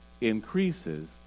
increases